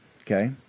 Okay